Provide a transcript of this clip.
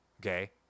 okay